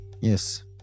Yes